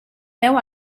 deu